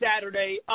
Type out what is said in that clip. Saturday